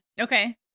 Okay